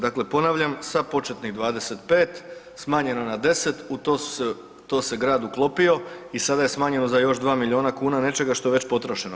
Dakle, ponavljam sa početnih 25, smanjeno na 10, u to se grad uklopio i sada je smanjeno za još 2 milijuna nečega što je već potrošeno.